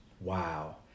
Wow